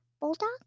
bulldog